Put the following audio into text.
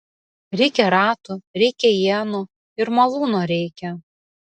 reikia ratų reikia ienų ir malūno reikia